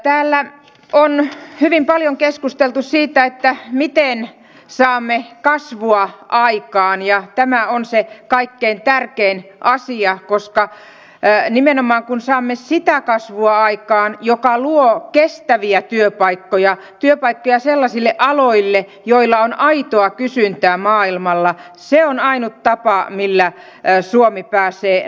täällä on hyvin paljon keskusteltu siitä miten saamme kasvua aikaan ja tämä on se kaikkein tärkein asia koska nimenomaan kun saamme sitä kasvua aikaan joka luo kestäviä työpaikkoja eli työpaikkoja sellaisille aloille joilla on aitoa kysyntää maailmalla se on ainut tapa millä suomi pääsee nousuun